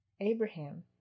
Abraham